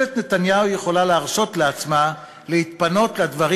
ממשלת נתניהו יכולה להרשות לעצמה להתפנות לדברים